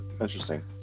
interesting